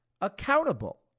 accountable